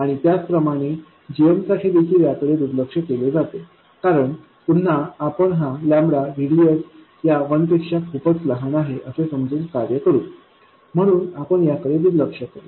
आणि त्याचप्रमाणे gmसाठी देखील याकडे दुर्लक्ष केले जाते कारण पुन्हा आपण हा VDSया 1 पेक्षा खूपच लहान आहे असे समजून यानुसार कार्य करू म्हणून आपण याकडे दुर्लक्ष करू